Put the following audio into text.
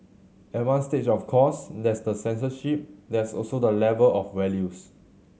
at one stage of course there's the censorship there's also the level of values